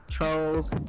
Trolls